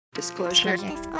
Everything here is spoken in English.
Disclosure